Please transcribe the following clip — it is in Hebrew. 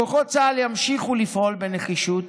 כוחות צה"ל ימשיכו לפעול בנחישות